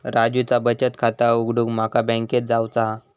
राजूचा बचत खाता उघडूक माका बँकेत जावचा हा